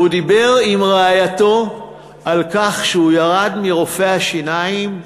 הוא דיבר עם רעייתו על כך שהוא ירד מרופא השיניים,